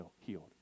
healed